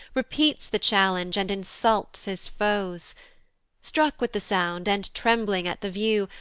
repeats the challenge, and insults his foes struck with the sound, and trembling at the view,